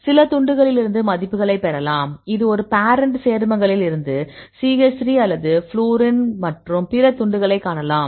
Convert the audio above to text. சில துண்டுகளிலிருந்து மதிப்புகளைப் பெறலாம் இது ஒரு பேரண்ட் சேர்மங்களில் இருந்து CH3 அல்லது ஃவுளூரின் மற்றும் பிற துண்டுகளை காணலாம்